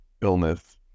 illness